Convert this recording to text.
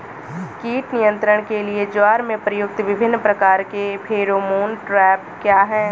कीट नियंत्रण के लिए ज्वार में प्रयुक्त विभिन्न प्रकार के फेरोमोन ट्रैप क्या है?